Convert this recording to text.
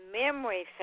memory